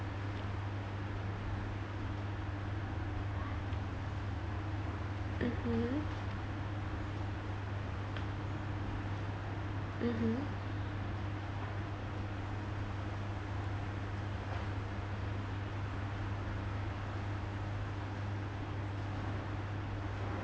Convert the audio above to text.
mmhmm mmhmm